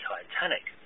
Titanic